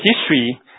history